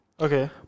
Okay